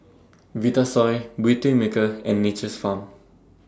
Vitasoy Beautymaker and Nature's Farm